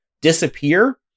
disappear